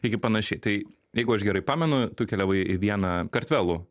iki panašiai tai jeigu aš gerai pamenu tu keliavai į vieną kartvelų